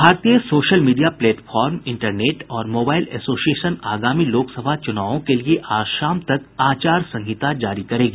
भारतीय social media platform internet और mobile association आगामी लोकसभा चुनावों के लिए आज शाम तक आचार संहिता जारी करेगी